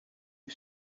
you